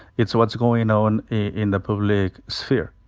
it's what's going on in the public sphere.